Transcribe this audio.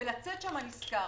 היא צריכה לקחת אחריות.